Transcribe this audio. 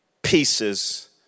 pieces